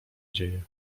dzieje